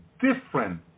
different